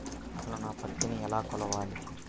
అసలు నా పత్తిని ఎలా కొలవాలి?